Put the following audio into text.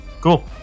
Cool